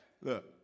Look